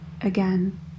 Again